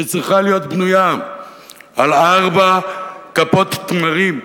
שצריכה להיות בנויה על ארבע כפות תמרים: